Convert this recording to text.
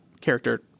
character